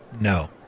No